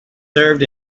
served